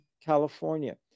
California